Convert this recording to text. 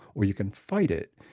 or you can fight it.